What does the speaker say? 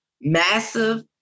massive